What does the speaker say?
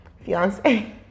fiance